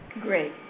Great